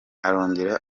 arongera